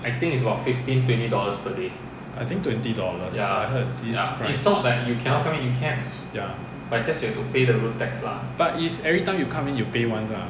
I think twenty dollars I heard this price ya but is every time you come in you pay once lah